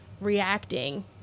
reacting